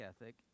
ethic